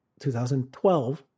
2012